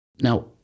Now